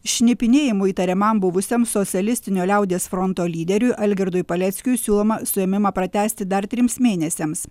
šnipinėjimu įtariamam buvusiam socialistinio liaudies fronto lyderiui algirdui paleckiui siūloma suėmimą pratęsti dar trims mėnesiams